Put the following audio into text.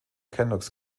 canucks